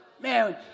Man